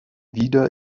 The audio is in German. wieder